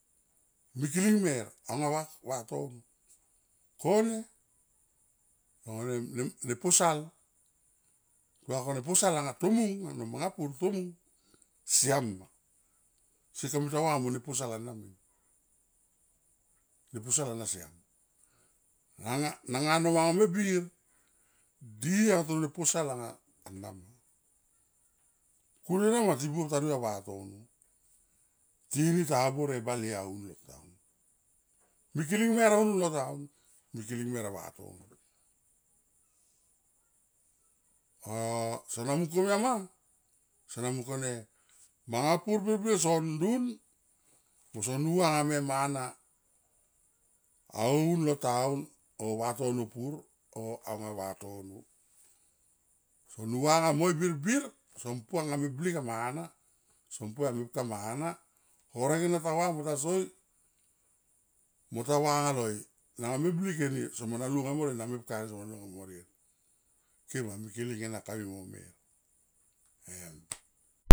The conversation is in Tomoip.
Mikiling mer anga vatono kone long vanem ne posal tu va kona ne posal anga tomung ano mang pur to mung siam ma se kamita va mo ne posal ana min ne posal ana siam nanga, nanga no manga me bir di anga toro ne posal anga ana ma, ku nena ma ti buop ta vriou a vatono tini ta habor e bale aun lo town. Mikiling mer au lo town mikiling me a vatono o sona mung komia ma sona mung kone manga pur birbir son dun mo son nu va nga me mana au lo town. O vatono pur o anga vatono son nu va nga moi birbir son pu anga meblik a manga, son pu a mepka manga na ku horek en ta va mo ta soi mo ta va nga loi nanga meblik eni somo na lunga morien na mepka ni sona lunga morien kema mikiling ena kaimui mo mer em.